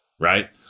right